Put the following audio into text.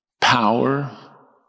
power